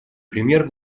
пример